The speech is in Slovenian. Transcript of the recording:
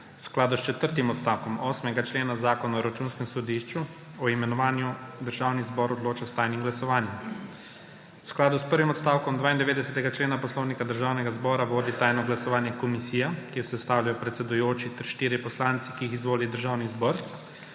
V skladu s četrtim odstavkom 8. člena Zakona o Računskem sodišču o imenovanju Državni zbor odloča s tajnim glasovanjem. V skladu s prvim odstavkom 92. člena Poslovnika Državnega zbora vodi tajno glasovanje komisija, ki jo sestavljajo predsedujoči ter štirje poslanci, ki jih izvoli Državni zbor.